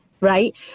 right